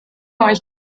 euch